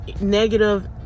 negative